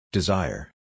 Desire